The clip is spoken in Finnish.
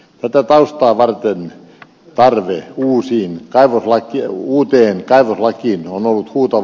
tätä taustaa vasten tarve uudelle kaivoslaille on ollut huutava